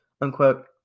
unquote